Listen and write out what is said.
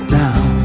down